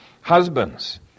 Husbands